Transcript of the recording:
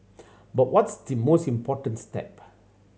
but what's the most important step